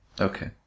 Okay